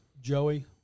Joey